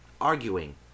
Arguing